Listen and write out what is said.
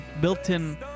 built-in